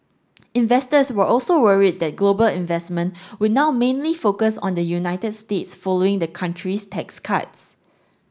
investors were also worried that global investment would now mainly focused on the United States following the country's tax cuts